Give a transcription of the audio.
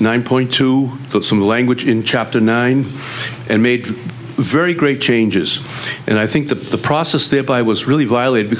nine point two but some language in chapter nine and made very great changes and i think that the process there by was really violated